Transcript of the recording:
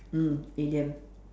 mm idiom